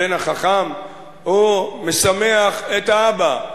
הבן החכם משמח את האבא,